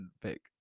pick